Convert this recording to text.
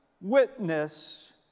witness